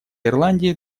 ирландии